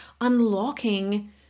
unlocking